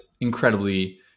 incredibly